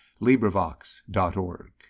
LibriVox.org